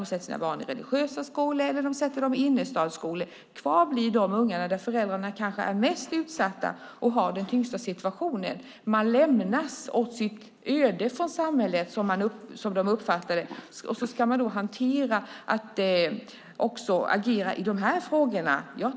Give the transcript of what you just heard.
Man sätter sina barn i religiösa skolor eller i innerstadsskolor. Kvar blir de ungar vars föräldrar kanske är de mest utsatta och har den tyngsta situationen. De lämnas åt sitt öde av samhället som de uppfattar det. Då ska man också hantera och agera i de här frågorna.